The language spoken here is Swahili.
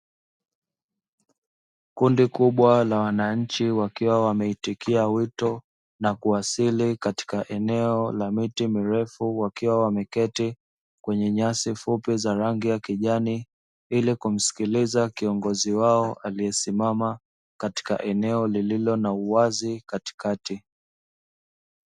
Kundi kubwa la wananchi wakiwa wameitikia wito, kuwasili katika eneo la miti mirefu wakiwa wameketi kwenye nyasi fupi za rangi ya kijani, ili kumsikiliza kiongozi wao aliyesimama katika eneo lililo na uwazi katikati.